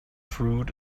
fruit